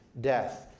death